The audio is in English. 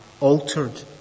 altered